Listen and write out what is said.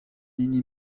hini